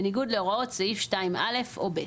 בניגוד להוראות סעיף 2(א) או (ב).